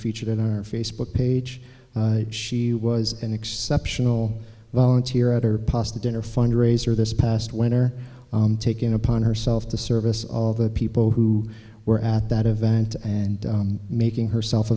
featured it on our facebook page she was an exceptional volunteer at her pasta dinner fundraiser this past winter taking upon herself to service all the people who were at that event and making herself